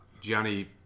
Gianni